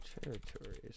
Territories